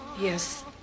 Yes